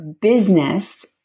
business